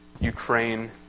Ukraine